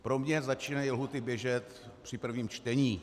Pro mě začínají lhůty běžet při prvním čtení.